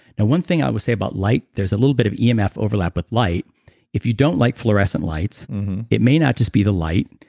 one thing i will say about light, there's a little bit of emf overlap with light if you don't like fluorescent lights it may not just be the light.